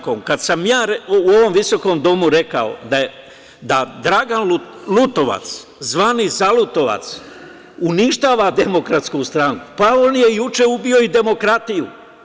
Kad sam u ovom visokom Domu rekao da Dragan Lutovac zvani „zalutovac“ uništava DS, pa on je juče ubio i demokratiju.